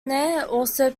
also